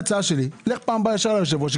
ההצעה שלי היא שבפעם הבאה תלך ישר ליושב-ראש.